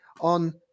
on